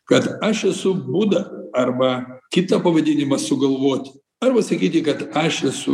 kad aš esu buda arba kitą pavadinimą sugalvoti arba sakyti kad aš esu